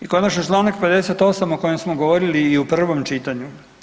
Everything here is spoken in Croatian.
I konačno članak 58. o kojem smo govorili i u prvom čitanju.